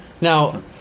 Now